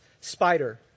spider